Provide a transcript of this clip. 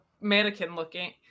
mannequin-looking